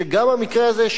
שגם המקרה הזה,